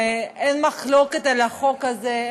אין מחלוקת על החוק הזה.